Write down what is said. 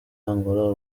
angola